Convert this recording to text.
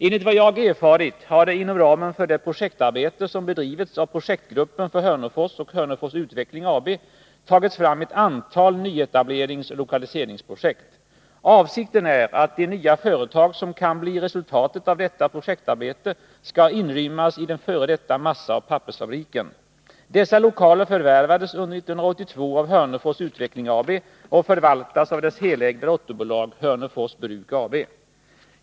Enligt vad jag erfarit har det inom ramen för det projektarbete som bedrivits av projektgruppen för Hörnefors och Hörnefors Utveckling AB tagits fram ett antal nyetableringsoch lokaliseringsprojekt. Avsikten är att de nya företag som kan bli resultatet av detta projektarbete skall inrymmas i den f. d. massaoch pappersfabriken. Dessa lokaler förvärvades under 1982 av Hörnefors Utveckling AB och förvaltas av dess helägda dotterbolag Hörnefors Bruk AB.